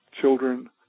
children